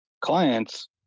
clients